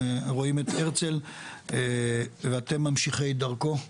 רואים את הרצל ואתם ממשיכי דרכו וכולנו,